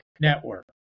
network